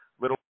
little